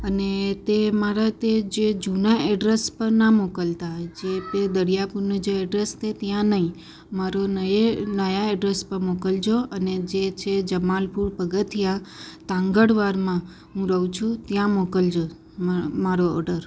અને તે મારા તે જે જૂનાં એડ્રેસ પર ના મોકલતા જે તે દરિયાપુરનું જે એડ્રેસ છે ત્યાં નહીં મારું નયે નવા એડ્રેસ પર મોકલજો અને જે છે જમાલપુર પગથિયા તાંગડવાડમાં હું રહું છું ત્યાં મોકલજો મ મારો ઓડર